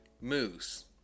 Moose